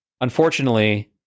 Unfortunately